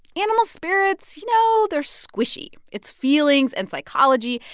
animal spirits, you know, they're squishy. it's feelings and psychology.